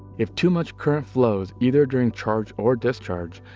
if too much current flows, either during charge or discharge,